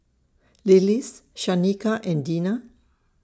Lillis Shanika and Dina